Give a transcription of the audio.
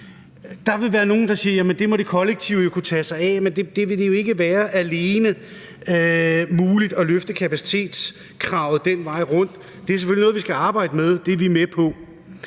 Der vil være nogle, der siger, at det må det kollektive jo kunne tage sig af, men det vil jo ikke være muligt at løfte kapacitetskravet alene den vej rundt. Det er selvfølgelig noget, vi skal arbejde med – det er